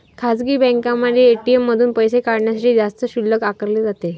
खासगी बँकांमध्ये ए.टी.एम मधून पैसे काढण्यासाठी जास्त शुल्क आकारले जाते